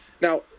Now